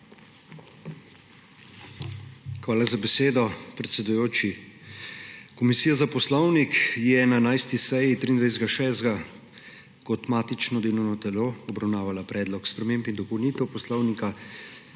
Hvala za besedo, predsedujoči. Komisija za poslovnik je na 11. seji 23. 6. kot matično delovno telo obravnavala Predlog sprememb in dopolnitev Poslovnika